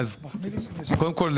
המיסים.